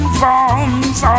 forms